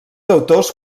autors